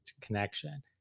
connection